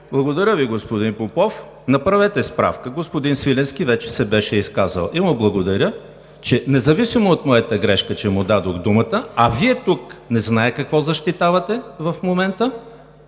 Благодаря Ви, господин Попов. Направете справка – господин Свиленски вече се беше изказал. Благодаря му, независимо от моята грешка, че му дадох думата, а Вие тук не зная какво защитавате в момента.